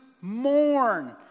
mourn